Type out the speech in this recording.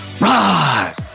rise